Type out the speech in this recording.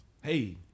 Hey